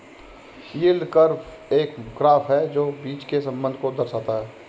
yield curve एक graph है जो बीच के संबंध को दर्शाता है